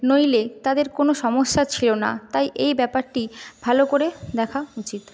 নইলে তাদের কোনো সমস্যা ছিল না তাই এই ব্যাপারটি ভালো করে দেখা উচিত